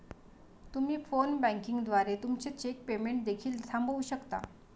तुम्ही phone banking द्वारे तुमचे चेक पेमेंट देखील थांबवू शकता